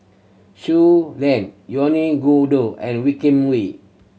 Shui Lan Yvonne Ng Uhde and Wee Kim Wee